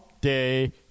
day